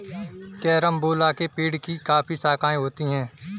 carambola के पेड़ की काफी शाखाएं होती है